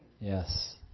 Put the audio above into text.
yes